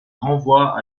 renvoie